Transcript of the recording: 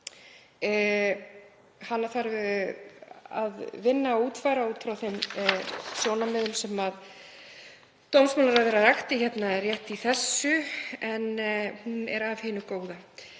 Hana þarf að vinna og útfæra út frá þeim sjónarmiðum sem dómsmálaráðherra rakti rétt í þessu en hún er af hinu góða.